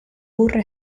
burro